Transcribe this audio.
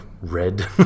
red